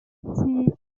sie